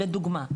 לדוגמה.